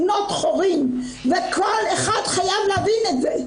בנות חורין וכל אחד חייב להבין את זה.